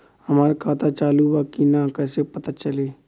हमार खाता चालू बा कि ना कैसे पता चली?